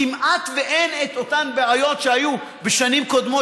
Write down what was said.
כמעט אין את אותן בעיות שהיו בשנים קודמות,